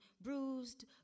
bruised